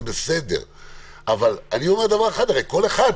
אבל כל אחד,